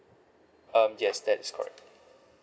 uh yes that's correct